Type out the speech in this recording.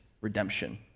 redemption